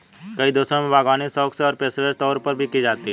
कई देशों में बागवानी शौक से और पेशेवर तौर पर भी की जाती है